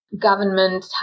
government